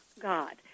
God